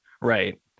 Right